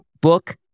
book